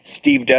Steve